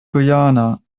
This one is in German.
guyana